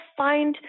find